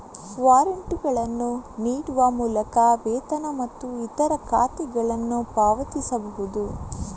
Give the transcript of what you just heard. ವಾರಂಟುಗಳನ್ನು ನೀಡುವ ಮೂಲಕ ವೇತನ ಮತ್ತು ಇತರ ಖಾತೆಗಳನ್ನು ಪಾವತಿಸಬಹುದು